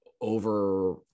over –